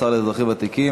השר לאזרחים ותיקים.